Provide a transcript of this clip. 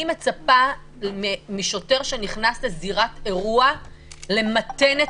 אני מצפה משוטר שנכנס לזירת אירוע למתן את